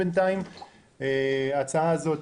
ההצעה הזו,